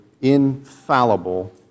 infallible